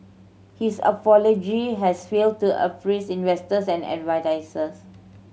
his apology has failed to appease investors and advertisers